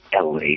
la